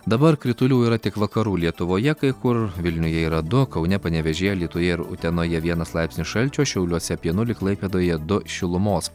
dabar kritulių yra tik vakarų lietuvoje kai kur vilniuje yra du kaune panevėžyje alytuje ir utenoje vienas laipsnio šalčio šiauliuose apie nulį klaipėdoje du šilumos